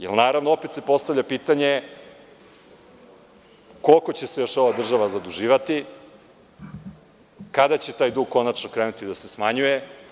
Naravno, opet se postavlja pitanje koliko će se još ova država zaduživati, kada će taj dug konačno krenuti da se smanjuje?